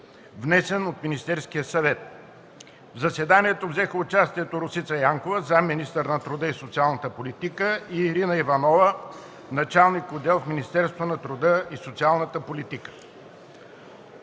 внесен от Министерския съвет на 25 ноември 2013 г. В заседанието взеха участие: Росица Янкова – заместник министър на труда и социалната политика, и Ирина Иванова – началник отдел в Министерството на труда и социалната политика.